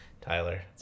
Tyler